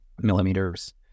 millimeters